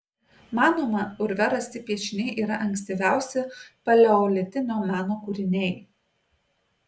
manoma urve rasti piešiniai yra ankstyviausi paleolitinio meno kūriniai